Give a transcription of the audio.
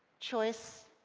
choice,